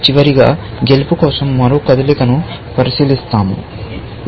చివరగా గెలుపు కోసం మరో కదలికను పరిశీలిస్తాము ఇది ఇది